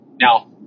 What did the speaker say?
Now